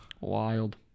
Wild